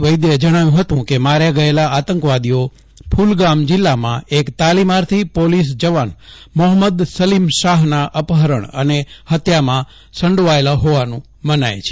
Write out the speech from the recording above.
વૈદ્ય એ જણાવ્યું હતું કે માર્યા ગયેલા આતંકવાદીઓ કુલગામ જીલ્લામાં એક તાલીમાર્થી પોલીસ જવાન મોહમ્મદ સલીમ શાહનાં અપહરણ અને હત્યામાં સંડોવાયેલા હોવાનું મનાય છે